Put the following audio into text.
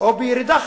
או בירידה חדה.